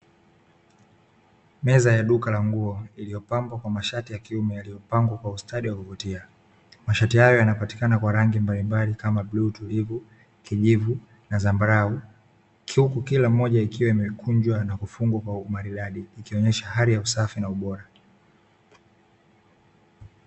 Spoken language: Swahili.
Meza ya duka la nguo iliyopambwa kwa mashati ya kiume yalilopangwa kwa ustadi wakuvutia, mashati hayo yanapatikana kwa rangi mbalimbali kama:bluu, kijivu na zambarau, huku kila mmoja ikiwa imekunjwa kwa umaridadi ikionyesha hali ya usafi na ubora.